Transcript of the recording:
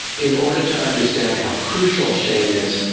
in order to understand how crucial shame is,